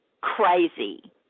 crazy